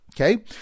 Okay